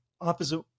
opposite